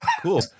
Cool